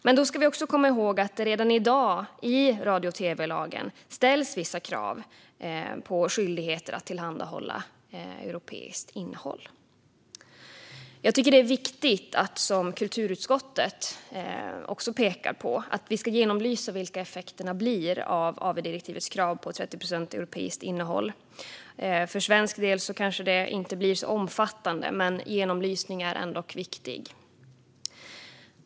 Men vi ska komma ihåg att redan i dag ställs i radio och tv-lagen vissa krav när det gäller skyldighet att tillhandahålla europeiskt innehåll. Jag tycker att det är viktigt, som kulturutskottet pekar på, att vi ska genomlysa vilka effekterna blir av AV-direktivets krav på 30 procents europeiskt innehåll. För svensk del kanske det inte blir så omfattande, men genomlysning är ändock viktig.